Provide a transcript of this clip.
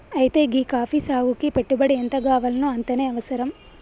అయితే గీ కాఫీ సాగుకి పెట్టుబడి ఎంతగావాల్నో అంతనే అవసరం